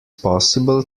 possible